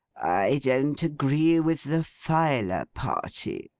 i don't agree with the filer party.